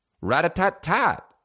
rat-a-tat-tat